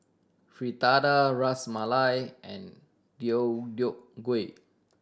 Fritada Ras Malai and Deodeok Gui